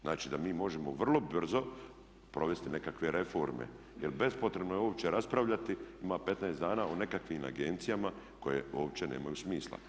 Znači da mi možemo vrlo brzo provesti nekakve reforme, jer bespotrebno je uopće raspravljati ima 15 dana o nekakvim agencijama koje opće nemaju smisla.